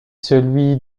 celui